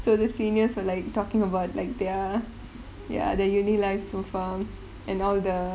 so the seniors were like talking about like their ya the university life so far and all the